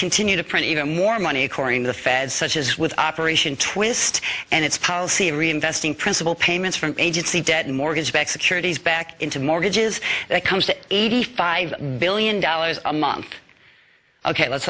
continue to print even more money according to the fed such as with operation twist and it's policy reinvesting principal payments from agency debt mortgage backed securities back into mortgages that comes to eighty five billion dollars a month ok let's